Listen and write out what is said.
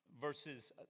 verses